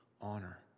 honor